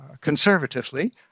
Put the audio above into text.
conservatively